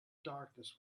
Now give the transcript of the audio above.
darkness